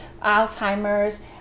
Alzheimer's